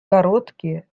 короткие